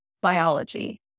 biology